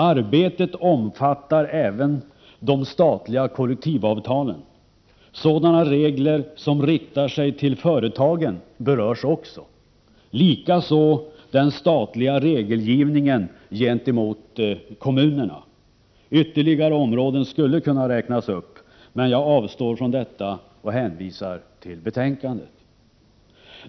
Arbetet omfattar även de statliga kollektivavtalen. Sådana regler som riktar sig till företagen berörs också, likaså den statliga regelgivningen gentemot kommunerna. Ytterligare områden skulle kunna räknas upp, men jag avstår från detta och hänvisar till betänkandet.